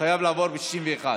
חייב לעבור ב-61.